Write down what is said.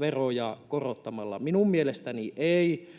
veroja korottamalla. Minun mielestäni ei,